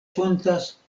fontas